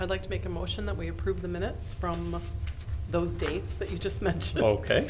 i'd like to make a motion that we approve the minutes from those dates that you just mentioned ok